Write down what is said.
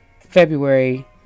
February